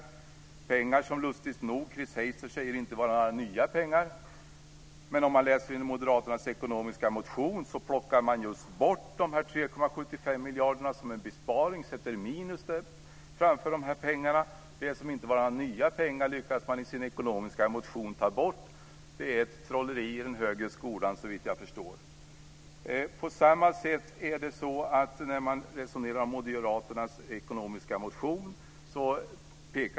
Chris Heister säger lustigt nog att detta inte är några nya pengar. Men i moderaternas motion plockar man bort dessa 3,75 miljarder som en besparing och sätter minus framför dem. Det som inte är några nya pengar lyckas man i sin motion att ta bort. Det är trolleri i den högre skolan, såvitt jag förstår.